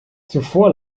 zuvor